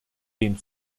den